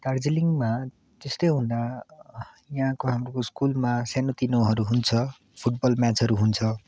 दार्जिलिङमा त्यस्तै हुँदा यहाँको हाम्रो स्कुलमा सानोतिनोहरू हुन्छ फुटबल म्याचहरू हुन्छ